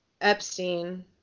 Epstein